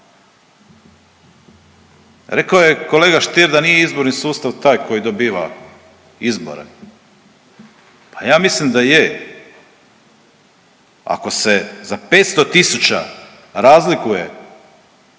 Rekao je kolega Stier da nije izborni sustav taj koji dobiva izbore. Pa ja mislim da je, ako se za 500 tisuća razlikuje